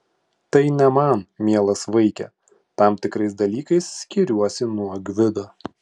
tai ne man mielas vaike tam tikrais dalykais skiriuosi nuo gvido